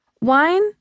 Wine